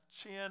chin